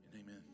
Amen